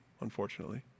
unfortunately